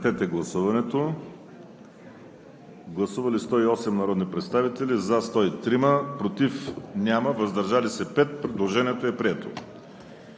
режим на гласуване. Гласували 117 народни представители: за 111, против няма, въздържали се 6. Предложението е прието.